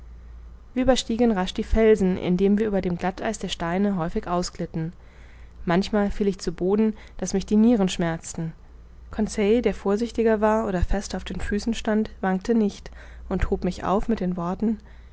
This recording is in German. überstiegen rasch die felsen indem wir über dem glatteis der steine häufig ausglitten manchmal fiel ich zu boden daß mich die nieren schmerzten conseil der vorsichtiger war oder fester auf den füßen stand wankte nicht und hob mich auf mit den worten